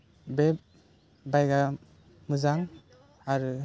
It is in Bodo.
बे बाइकआ मोजां आरो